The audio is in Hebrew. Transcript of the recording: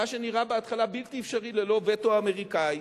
מה שנראה בהתחלה בלתי אפשרי ללא וטו אמריקני,